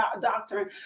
doctrine